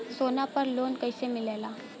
सोना पर loan कइसे मिलेला?